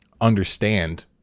understand